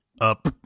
Up